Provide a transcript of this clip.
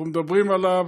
אנחנו מדברים עליו